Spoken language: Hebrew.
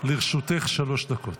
לרשותך שלוש דקות.